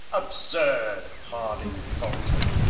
absurd! harding faltered.